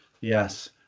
Yes